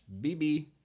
bb